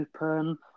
open